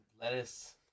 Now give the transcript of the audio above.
Lettuce